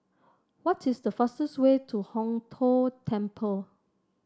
what is the fastest way to Hong Tho Temple